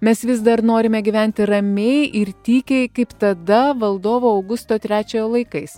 mes vis dar norime gyventi ramiai ir tykiai kaip tada valdovo augusto trečiojo laikais